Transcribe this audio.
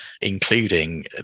including